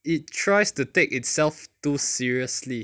it tries to take itself too seriously